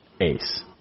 ace